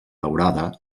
daurada